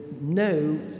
no